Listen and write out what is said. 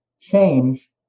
change